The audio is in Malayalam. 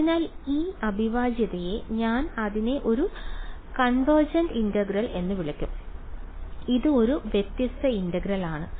അതിനാൽ ഈ അവിഭാജ്യതയെ ഞാൻ അതിനെ ഒരു കൺവെർജന്റ് ഇന്റഗ്രൽ എന്ന് വിളിക്കും ഇത് ഒരു വ്യത്യസ്ത ഇന്റഗ്രൽ ആണ്